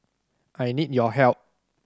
I need your help